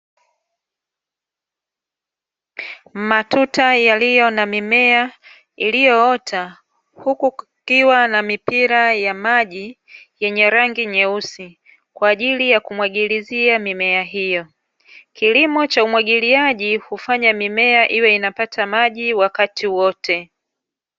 Matuta yaliyo na mimea iliyoota, huku kukiwa na mipira ya maji yenye rangi nyeusi kwaajili ya kumwagilizia mimea hiyo, kilimo cha umwagiliaji hufanya mimea iwe inapata maji wakati wote.